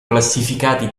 classificati